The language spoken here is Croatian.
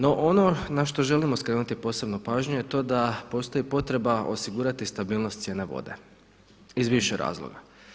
No ono na što želimo skrenuti posebno pažnju je to da postoji potreba osigurati stabilnost cijene vode, iz više razloga.